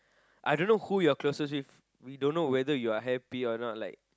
I don't know who you're closest with we don't know whether you're happy or not like